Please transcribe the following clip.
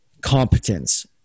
competence